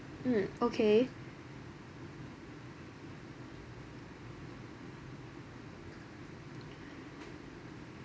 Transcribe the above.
mm okay